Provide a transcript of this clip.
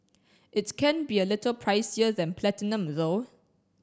it's can be a little pricier than Platinum though